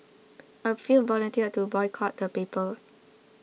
a few volunteered to boycott the paper